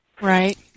Right